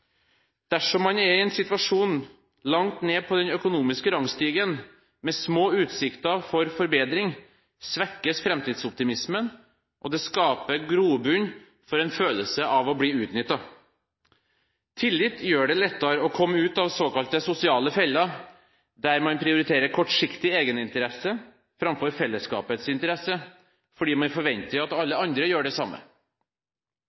Dersom man er i en situasjon langt nede på den økonomiske rangstigen, med små utsikter til forbedring, svekkes framtidsoptimismen, og det skaper grobunn for en følelse av å bli utnyttet. Tillit gjør det lettere å komme ut av såkalt sosiale feller der man prioriterer kortsiktig egeninteresse framfor fellesskapets interesse, fordi man forventer at alle